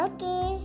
Okay